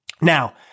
Now